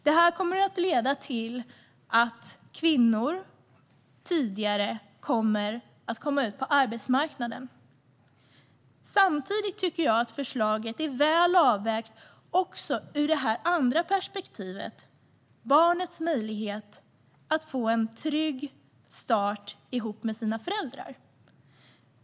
Det kommer att leda till att kvinnor kommer ut på arbetsmarknaden tidigare. Samtidigt tycker jag att förslaget är väl avvägt också ur det andra perspektivet, det vill säga barnets möjlighet att få en trygg start ihop med sina föräldrar.